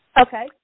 Okay